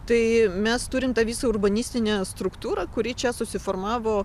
tai mes turim tą visą urbanistinę struktūrą kuri čia susiformavo